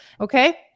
Okay